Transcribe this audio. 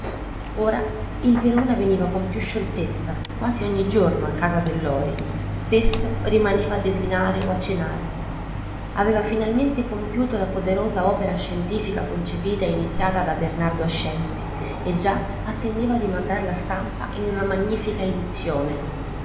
ora il verona veniva con più scioltezza quasi ogni giorno a casa del lori spesso rimaneva a desinare o a cenare aveva finalmente compiuto la poderosa opera scientifica concepita e iniziata da bernardo ascensi e già attendeva a mandarla a stampa in una magnifica edizione